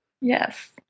Yes